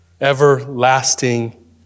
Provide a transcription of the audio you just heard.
Everlasting